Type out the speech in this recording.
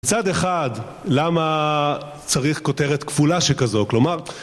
מצד אחד, למה צריך כותרת כפולה שכזאת, כלומר